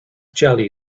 jelly